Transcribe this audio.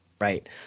right